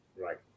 Right